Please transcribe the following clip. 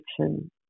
addiction